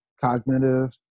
cognitive